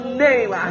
name